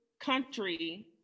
country